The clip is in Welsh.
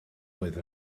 oedd